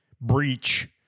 breach